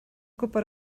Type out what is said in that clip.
gwybod